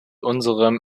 unserem